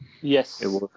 Yes